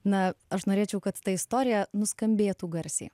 na aš norėčiau kad ta istorija nuskambėtų garsiai